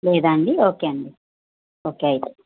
లేదా అండి ఓకే అండి ఓకే అయితే